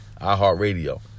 iHeartRadio